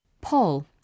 Paul